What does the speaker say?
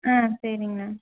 ஆ சரிங்கண்ணா